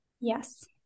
Yes